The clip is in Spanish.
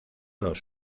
los